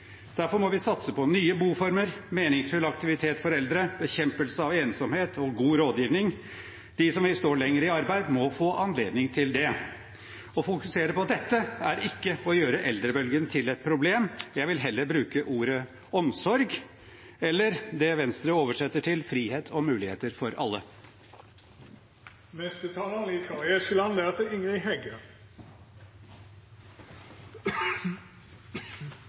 Derfor må vi satse på nye boformer, meningsfull aktivitet for eldre, bekjempelse av ensomhet og god rådgivning. De som vil stå lenger i arbeid, må få anledning til det. Å fokusere på dette er ikke å gjøre eldrebølgen til et problem. Jeg vil heller bruke ordet omsorg – eller det Venstre oversetter til frihet og muligheter for alle.